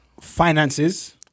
finances